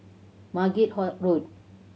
Margate Road